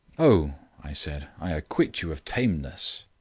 oh, i said, i acquit you of tameness.